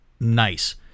nice